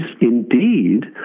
indeed